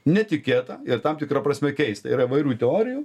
netikėtą ir tam tikra prasme keistą yra įvairių teorijų